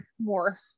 more